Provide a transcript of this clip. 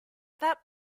that